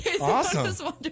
Awesome